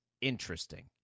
interesting